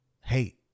hate